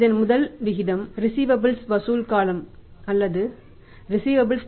இதனால் முதல் விகிதம் ரிஸீவபல்ஸ்